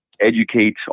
educate